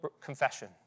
confession